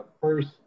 First